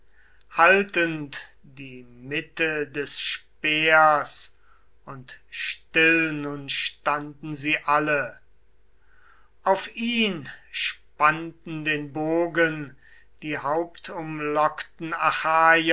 haltend die mitte des speers und still nun standen sie alle auf ihn spannten den bogen die hauptumlockten